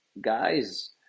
guys